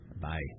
Bye